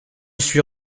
suis